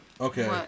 Okay